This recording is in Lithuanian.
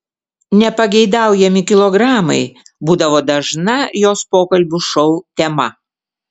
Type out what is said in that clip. nepageidaujami kilogramai būdavo dažna jos pokalbių šou tema